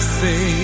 say